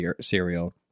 cereal